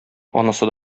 анысы